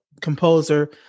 composer